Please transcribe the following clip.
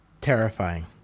Terrifying